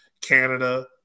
Canada